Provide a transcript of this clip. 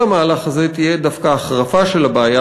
המהלך הזה תהיה דווקא החרפה של הבעיה,